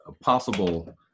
possible